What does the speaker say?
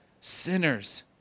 sinners